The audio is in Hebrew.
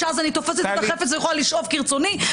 שאז אני תופסת חפץ ויכולה לשאוף כרצוני.